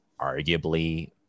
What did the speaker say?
arguably